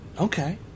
Okay